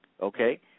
okay